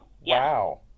Wow